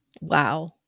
wow